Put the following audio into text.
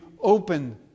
open